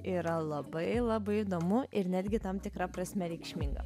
yra labai labai įdomu ir netgi tam tikra prasme reikšminga